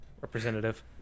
representative